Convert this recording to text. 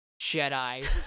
Jedi